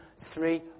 three